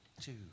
two